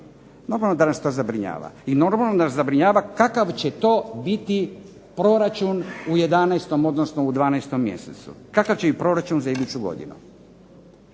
Normalno da nas to zabrinjava i normalno da nas zabrinjava kakav će to biti proračun u 11., odnosno u 12. mjesecu, kakav će biti proračun za iduću godinu.